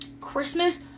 Christmas